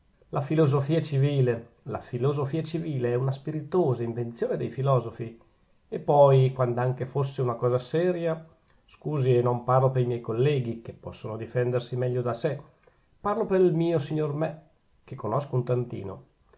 la filosofia civile la filosofia civile è una spiritosa invenzione dei filosofi e poi quand'anche fosse una cosa seria scusi non parlo pe miei colleghi che possono difendersi meglio da sè parlo pel mio signor me che conosco un tantino